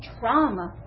trauma